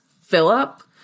Philip